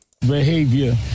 Behavior